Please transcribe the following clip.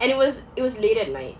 and it was it was late at night